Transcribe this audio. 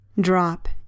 Drop